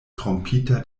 trompita